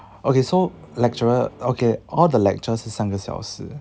okay so lecturer okay all the lectures 是三个小时